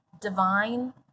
divine